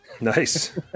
Nice